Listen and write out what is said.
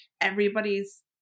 everybody's